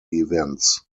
events